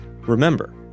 Remember